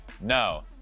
no